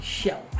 show